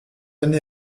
année